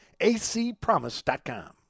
ACPromise.com